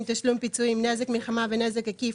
(תשלום פיצויים) (נזק מלחמה ונזק עקיף),